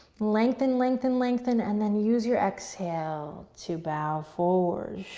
lengthen, lengthen, lengthen, and then use your exhale to bow forward.